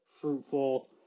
fruitful